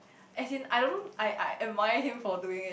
as in I don't I I advice him for doing it